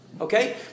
Okay